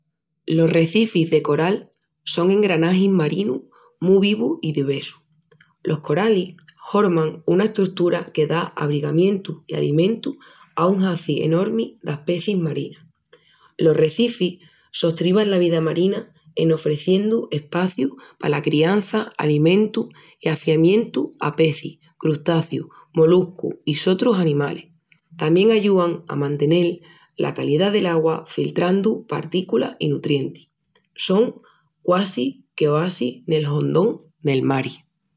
Los recifis de coral son engranagis marinus mu vivus i divessus. Los coralis horman una estrutura que da abrigamientu i alimentu a un haci enormi d'aspecis marinas. Los recifis sostriban la vida marina en ofreciendu espacius pala criança, alimentu i afiamientu a pecis, crustacius, moluscus i sotrus animalis. Tamién ayúan a mantenel la calidá del'augua filtrandu partículas i nutrientis. Son quasi que oasis nel hondón del mari.